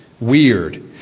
weird